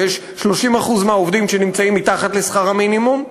כי 30% מהעובדים נמצאים מתחת לשכר המינימום,